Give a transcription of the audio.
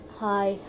hi